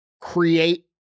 create